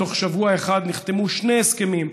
בתוך שבוע אחד נחתמו שני הסכמים.